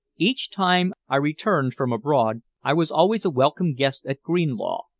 each time i returned from abroad i was always a welcome guest at greenlaw,